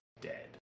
dead